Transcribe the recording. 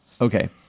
Okay